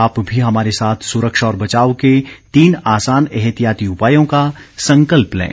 आप भी हमारे साथ सुरक्षा और बचाव के तीन आसान एहतियाती उपायों का संकल्प लें